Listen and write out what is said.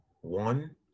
One